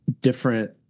different